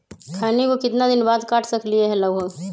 खैनी को कितना दिन बाद काट सकलिये है लगभग?